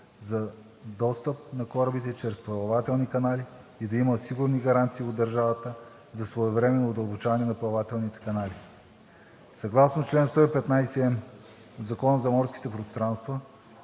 за достъп на корабите чрез плавателни канали и да имат сигурни гаранции от държавата за своевременно удълбочаване на плавателните канали. Съгласно чл. 115м от Закона за морските пространства